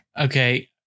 Okay